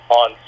on